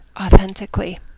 authentically